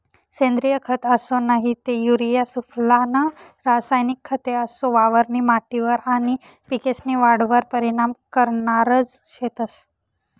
सेंद्रिय खत असो नही ते युरिया सुफला नं रासायनिक खते असो वावरनी माटीवर आनी पिकेस्नी वाढवर परीनाम करनारज शेतंस